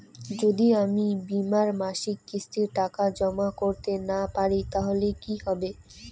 যদি আমি বীমার মাসিক কিস্তির টাকা জমা করতে না পারি তাহলে কি হবে?